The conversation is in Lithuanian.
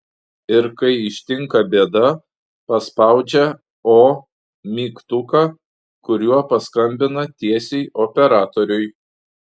ir kai ištinka bėda paspaudžia o mygtuką kuriuo paskambina tiesiai operatoriui